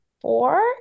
four